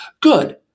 Good